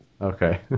Okay